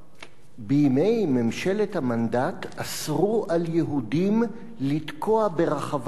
בימי ממשלת המנדט אסרו על יהודים לתקוע ברחבת הכותל